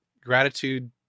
gratitude